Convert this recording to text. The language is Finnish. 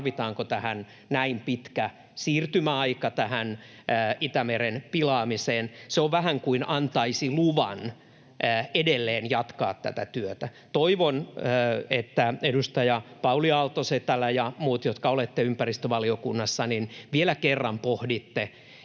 pilaamiseen näin pitkä siirtymäaika. Se on vähän kuin antaisi luvan edelleen jatkaa tätä työtä. Toivon, että edustaja Pauli Aalto-Setälä ja muut, jotka olette ympäristövaliokunnassa, vielä kerran pohditte